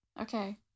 Okay